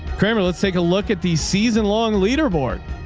kramer. let's take a look at the season long leaderboard.